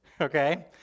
okay